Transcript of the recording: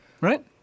Right